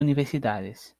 universidades